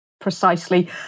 Precisely